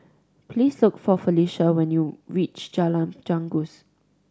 please look for Felisha when you reach Jalan Janggus